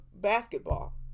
basketball